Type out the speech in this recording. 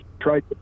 tried